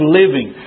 living